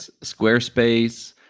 Squarespace